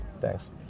thanks